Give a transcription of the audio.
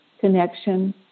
connection